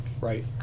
Right